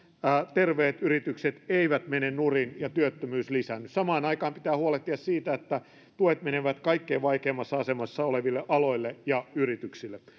terveet yritykset eivät mene nurin ja työttömyys lisäänny samaan aikaan pitää huolehtia siitä että tuet menevät kaikkein vaikeimmassa asemassa oleville aloille ja yrityksille